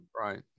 Right